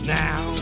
now